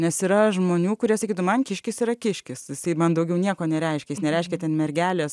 nes yra žmonių kurie sakytų man kiškis yra kiškis jisai man daugiau nieko nereiškia jis nereiškia ten mergelės